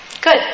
Good